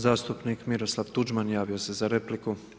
Zastupnik Miroslav Tuđman, javio se za repliku.